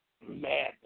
madness